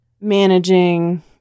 managing